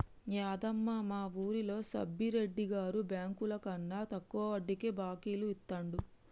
యాదమ్మ, మా వూరిలో సబ్బిరెడ్డి గారు బెంకులకన్నా తక్కువ వడ్డీకే బాకీలు ఇత్తండు